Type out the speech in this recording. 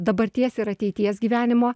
dabarties ir ateities gyvenimo